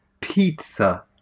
pizza